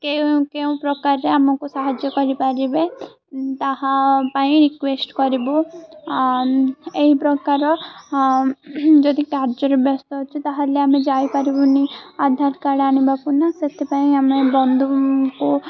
କେଉଁ କେଉଁ ପ୍ରକାରରେ ଆମକୁ ସାହାଯ୍ୟ କରିପାରିବେ ତାହା ପାଇଁ ରିିକ୍ୟୁଏଷ୍ଟ କରିବୁ ଏହି ପ୍ରକାର ଯଦି କାର୍ଯ୍ୟର ବ୍ୟସ୍ତ ଅଛି ତା'ହେଲେ ଆମେ ଯାଇପାରିବୁନି ଆଧାର କାର୍ଡ଼ ଆଣିବାକୁୁ ନା ସେଥିପାଇଁ ଆମେ ବନ୍ଧୁଙ୍କୁ